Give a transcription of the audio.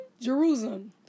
Jerusalem